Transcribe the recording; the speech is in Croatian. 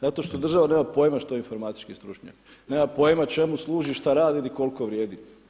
Zato što država nema pojma što je informatički stručnjak, nema pojma čemu služi, šta radi, ni koliko vrijedi.